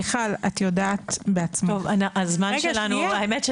מיכל, את יודעת בעצמך, כי את